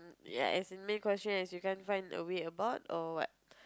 ya as in main question is you can't find your way about or what